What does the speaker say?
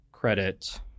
credit